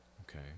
okay